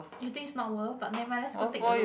you think it's not worth but never mind let's go take a look